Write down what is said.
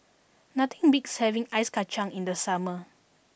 nothing beats having ice kacang in the summer